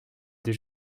deux